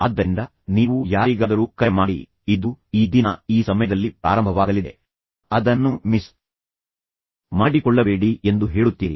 ಆದ್ದರಿಂದ ನೀವು ಯಾರಿಗಾದರೂ ಕರೆ ಮಾಡಿ ಇದು ಈ ದಿನ ಈ ಸಮಯದಲ್ಲಿ ಪ್ರಾರಂಭವಾಗಲಿದೆ ಅದನ್ನು ಮಿಸ್ ಮಾಡಿಕೊಳ್ಳಬೇಡಿ ಎಂದು ಹೇಳುತ್ತೀರಿ